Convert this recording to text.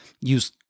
use